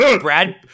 Brad